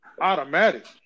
automatic